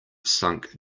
sank